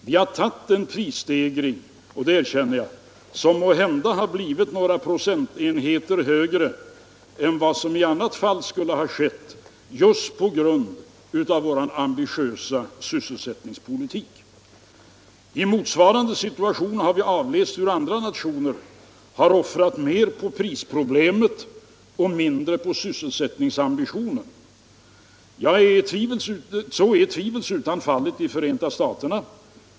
Vi har tagit en prisstegring som — det erkänner jag - måhända har blivit några procentenheter högre än vad den i annat fall skulle ha blivit just på grund av vår ambitiösa sysselsättningspolitik. I motsvarande situation har vi avläst hur andra nationer har offrat mer på prisproblemet och mindre på sysselsättningsambitionen. Så är tvivelsutan fallet i Förenta staterna.